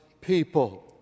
people